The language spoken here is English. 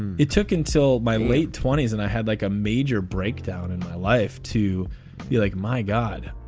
it took until my late twenty s and i had like a major breakdown in my life to be like, my god.